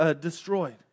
destroyed